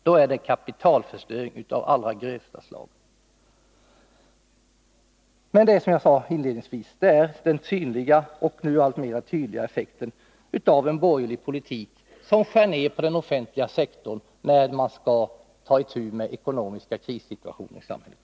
Det är en kapitalförstöring av allra grövsta slag. Men det är som jag inledningsvis sade den synliga och nu alltmer tydliga effekten av borgerlig politik — man skär ned på den offentliga sektorn när man skall ta itu med ekonomiska krissituationer i samhället.